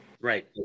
Right